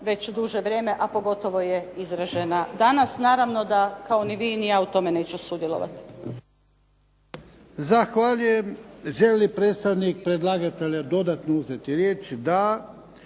već duže vrijeme a pogotovo je izražena danas. Naravno da kao ni vi ni ja u tome neću sudjelovati. **Jarnjak, Ivan (HDZ)** Zahvaljujem. Želi li predstavnik predlagatelja dodatno uzeti riječ? Da.